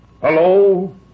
Hello